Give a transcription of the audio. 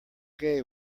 gay